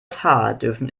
dürfen